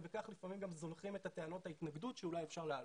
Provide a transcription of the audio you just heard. ובכך לפעמים גם זונחים את טענות ההתנגדות שאולי אפשר להעלות.